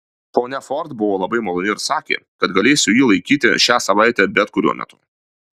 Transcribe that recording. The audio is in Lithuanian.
ponia ford buvo labai maloni ir sakė kad galėsiu jį laikyti šią savaitę bet kuriuo metu